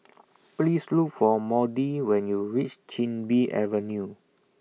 Please Look For Maudie when YOU REACH Chin Bee Avenue